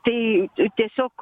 tai tiesiog